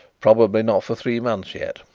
probably not for three months yet.